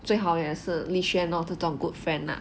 最好也是 li xuan lor 这种 good friend lah